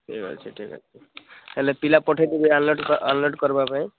ଠିକ୍ ଅଛି ଠିକ୍ ଅଛି ହେଲେ ପିଲା ପଠାଇ ଦେବି ଆନ୍ଲୋଡ଼୍ ଅନ୍ଲୋଡ଼୍ କରିବା ପାଇଁ